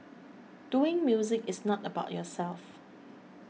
doing music is not about yourself